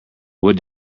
what